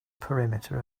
perimeter